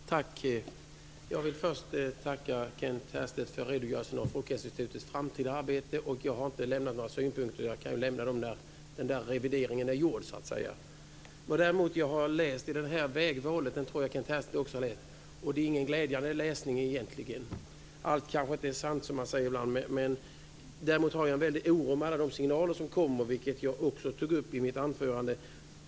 Fru talman! Jag vill först tacka Kent Härstedt för redogörelsen om Folkhälsoinstitutets framtida arbete. Jag har inte lämnat några synpunkter på det. Jag kan ju lämna dem när revideringen är gjord. Däremot har jag läst Vägvalet. Jag tror att Kent Härstedt också har läst den. Det är egentligen ingen glädjande läsning. Allt är kanske inte sant, men jag känner en väldig oro på grund av alla de signaler som kommer. Det tog jag också upp i mitt anförande.